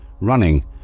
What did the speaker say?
running